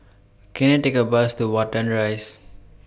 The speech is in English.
Can I Take A Bus to Watten Rise